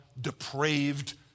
depraved